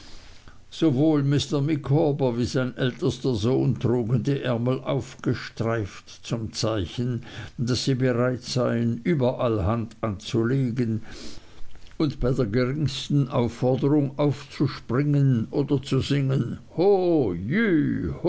sowohl mr micawber wie sein ältester sohn trugen die ärmel aufgestreift zum zeichen daß sie bereit seien überall hand anzulegen und bei der geringsten aufforderung aufzuspringen oder zu singen hoo jüh